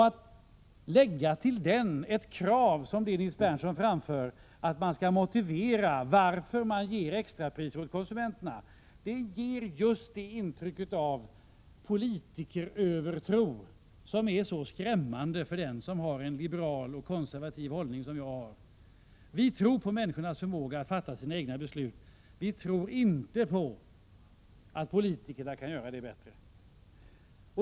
Att till dem lägga ett krav, som det Nils Berndtson framför, att motivera varför man ger extrapriser åt konsumenterna, ger just det intryck av politikerövertro som är så skrämmande för dem som har en liberal och konservativ hållning som jag har. Vi tror på människornas förmåga att fatta sina egna beslut. Vi tror inte på att politikerna kan göra det bättre.